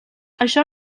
això